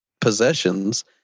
possessions